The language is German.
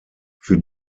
für